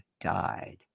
died